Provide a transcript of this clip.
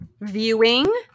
viewing